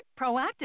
proactive